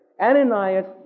Ananias